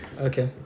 Okay